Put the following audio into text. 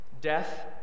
death